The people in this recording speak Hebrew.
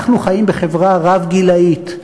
אנחנו חיים בחברה רב-גילאית,